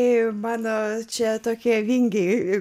ir banda čia tokie vingiai ir